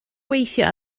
gweithio